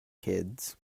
kids